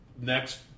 next